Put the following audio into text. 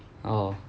oh